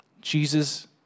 Jesus